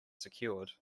secured